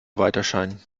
weiterscheinen